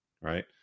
right